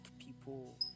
people